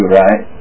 right